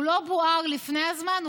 הוא לא בוער לפני הזמן,